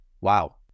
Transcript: wow